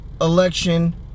election